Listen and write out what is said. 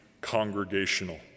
congregational